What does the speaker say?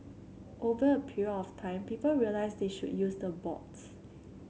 over a period of time people realise they should use the boards